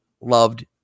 loved